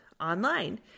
online